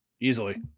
Easily